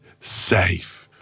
safe